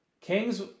Kings